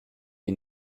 die